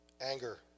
Anger